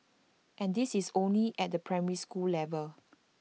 and this is only at the primary school level